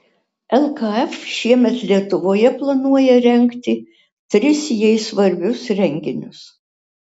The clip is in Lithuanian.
lkf šiemet lietuvoje planuoja rengti tris jai svarbius renginius